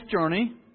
journey